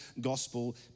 gospel